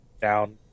down